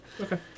Okay